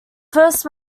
first